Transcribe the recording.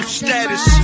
status